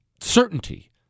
certainty